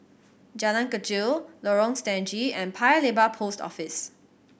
Jalan Kechil Lorong Stangee and Paya Lebar Post Office